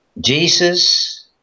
Jesus